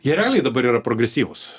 jie realiai dabar yra progresyvūs